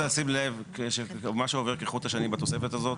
צריך לשים לב שמה שעובר כחוט השני בתוספת הזאת,